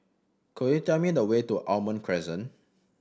could you tell me the way to Almond Crescent